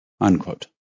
Unquote